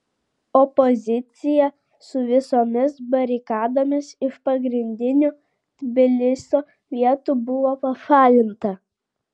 opozicija su visomis barikadomis iš pagrindinių tbilisio vietų buvo pašalinta